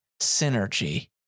synergy